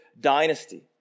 Dynasty